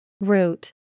Root